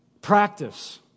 Practice